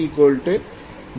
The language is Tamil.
866m